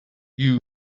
use